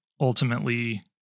ultimately